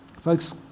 Folks